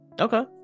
Okay